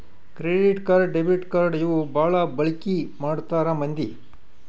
credit card debit card ಇವು ಬಾಳ ಬಳಿಕಿ ಮಾಡ್ತಾರ ಮಂದಿ